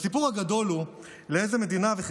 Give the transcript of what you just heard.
הסיפור הגדול הוא באיזה מדינה ובאיזה